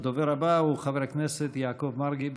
הדובר הבא הוא חבר הכנסת יעקב מרגי.